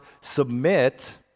submit